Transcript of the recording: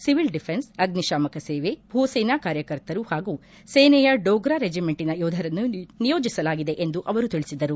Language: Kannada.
ಸಿವಿಲ್ ಡಿಫೆನ್ಸ್ ಅಗ್ನಿಶಾಮಕ ಸೇವೆ ಭೂಸೇನಾ ಕಾರ್ಯಕರ್ತರು ಹಾಗೂ ಸೇನೆಯ ಡೋಗ್ರಾ ರೆಜಿಮೆಂಟಿನ ಯೋಧರನ್ನು ನಿಯೋಜಿಸಲಾಗಿದೆ ಎಂದು ಅವರು ತಿಳಿಸಿದರು